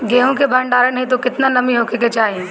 गेहूं के भंडारन हेतू कितना नमी होखे के चाहि?